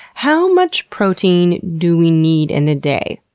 how much protein do we need in a day